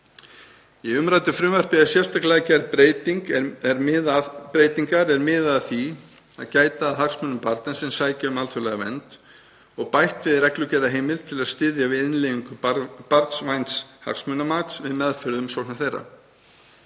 Í umræddu frumvarpi eru sérstaklega gerðar breytingar er miða að því að gæta að hagsmunum barna sem sækja um alþjóðlega vernd og bætt við reglugerðarheimild til að styðja við innleiðingu barnvæns hagsmunamats við meðferð umsókna þeirra.